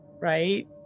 Right